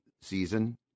season